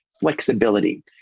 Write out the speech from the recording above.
flexibility